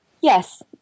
Yes